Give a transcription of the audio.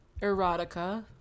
erotica